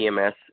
EMS